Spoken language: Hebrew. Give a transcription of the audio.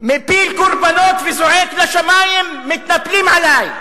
מפיל קורבנות וזועק לשמים: מתנפלים עלי.